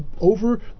over